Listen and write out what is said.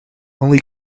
only